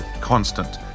constant